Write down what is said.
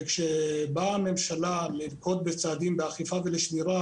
וכשבאה הממשלה לנקוט בצעדים לאכיפה ולשמירה